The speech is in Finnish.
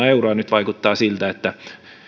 euroa ja nyt vaikuttaa siltä että